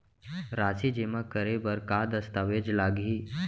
राशि जेमा करे बर का दस्तावेज लागही?